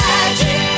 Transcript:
Magic